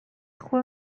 خوب